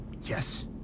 Yes